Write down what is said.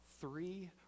three